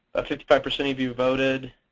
fifty five percent of you voted.